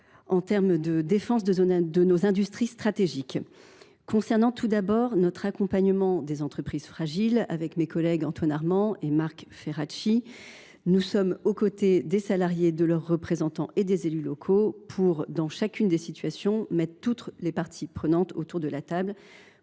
en matière de défense de nos industries stratégiques. Concernant tout d’abord l’accompagnement des entreprises fragiles, avec mes collègues Antoine Armand et Marc Ferracci, nous sommes aux côtés des salariés, de leurs représentants et des élus locaux pour, dans chacune des situations, mettre toutes les parties prenantes autour de la table